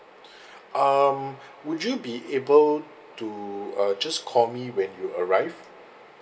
um would you be able to uh just call me when you arrive